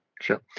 Sure